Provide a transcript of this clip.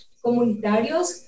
comunitarios